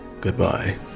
Goodbye